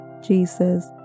Jesus